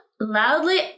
loudly